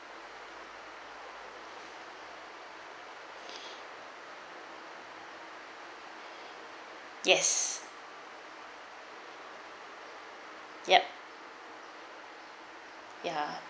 yes yup ya